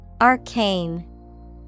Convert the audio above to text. Arcane